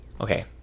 okay